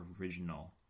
original